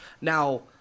now